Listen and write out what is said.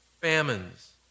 famines